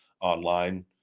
online